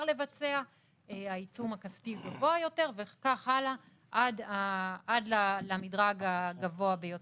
לבצע ואז העיצום הכספי גבוה יותר וכך הלאה עד למדרג הגבוה ביותר.